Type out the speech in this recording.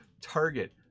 target